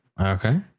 Okay